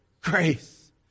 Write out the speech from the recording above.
Grace